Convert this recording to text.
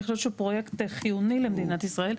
חושבת שהוא פרויקט חיוני למדינת ישראל.